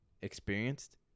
experienced